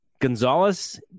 Gonzalez